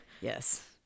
Yes